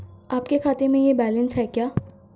आपके खाते में यह बैलेंस है क्या?